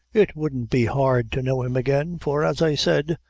it wouldn't be hard to know him again for, as i said,